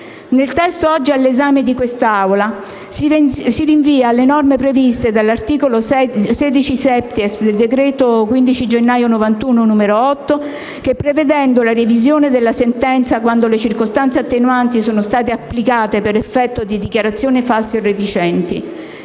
Nel testo oggi all'esame di quest'Assemblea si rinvia alle norme previste dall'articolo 16-*septies* del decreto-legge 15 gennaio 1991, n. 8, che prevedono la revisione della sentenza quando le circostanze attenuanti sono state applicate per effetto di dichiarazioni false o reticenti.